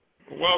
welcome